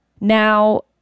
Now